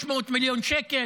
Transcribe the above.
600 מיליון שקל.